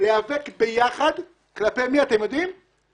להיאבק ביחד ואתם יודעים כלפי מי?